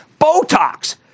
Botox